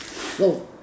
slow